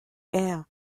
air